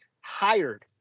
hired